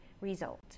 result